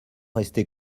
rester